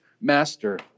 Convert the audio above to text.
master